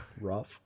Rough